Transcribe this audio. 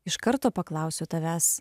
iš karto paklausiu tavęs